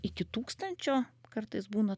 iki tūkstančio kartais būna